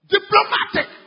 Diplomatic